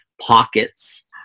pockets